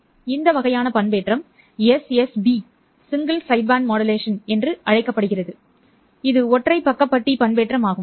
எனவே இந்த வகையான பண்பேற்றம் SSB பண்பேற்றம் என்று அழைக்கப்படுகிறது இது ஒற்றை பக்கப்பட்டி பண்பேற்றம் ஆகும்